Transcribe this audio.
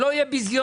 שלא יהיה ביזיונות.